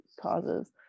causes